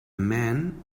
man